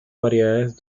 variedades